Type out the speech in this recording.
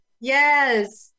Yes